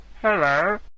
Hello